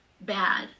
bad